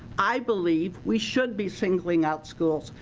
i believe we should be singling out schools.